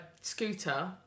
scooter